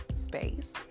space